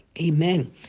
Amen